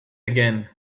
again